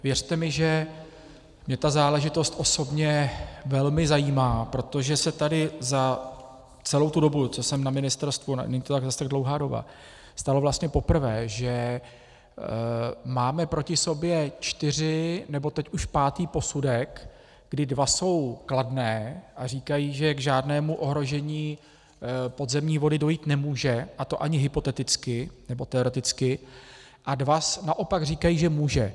Věřte mi, že mě ta záležitost osobně velmi zajímá, protože se tady za celou tu dobu, co jsem na ministerstvu, a není to zas tak dlouhá doba, stalo vlastně poprvé, že máme proti sobě čtyři, nebo teď už pátý posudek, kdy dva jsou kladné a říkají, že k žádnému ohrožení podzemní vody dojít nemůže, a to ani hypoteticky nebo teoreticky, a dva naopak říkají, že může.